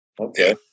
Okay